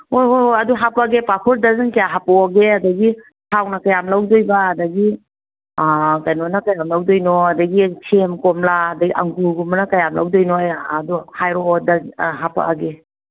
ꯑꯣ ꯍꯣ ꯍꯣ ꯑꯗꯨ ꯍꯥꯞꯄꯛꯑꯒꯦ ꯄꯥꯐꯣꯔ ꯗ꯭ꯔꯖꯟ ꯀꯌꯥ ꯍꯥꯞꯄꯛꯑꯣꯒꯦ ꯑꯗꯒꯤ ꯊꯥꯎꯅ ꯀꯌꯥꯝ ꯂꯧꯗꯣꯏꯕ ꯑꯗꯒꯤ ꯀꯩꯅꯣꯅ ꯀꯩꯅꯣ ꯂꯧꯗꯣꯏꯅꯣ ꯑꯗꯒꯤ ꯁꯦꯝ ꯀꯣꯝꯂꯥ ꯑꯗꯩ ꯑꯪꯒꯨꯔꯒꯨꯝꯕꯅ ꯀꯌꯥꯝ ꯂꯧꯗꯣꯏꯅꯣ ꯑꯗꯨ ꯍꯥꯏꯔꯛꯑꯣ ꯍꯥꯞꯄꯛꯑꯒꯦ